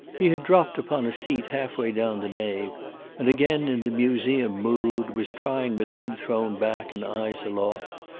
he had dropped upon a seat halfway down the nave and, again in the museum mood, was trying with head thrown back and eyes aloft,